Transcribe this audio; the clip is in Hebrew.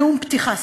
נאום פתיחה,